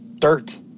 dirt